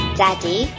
daddy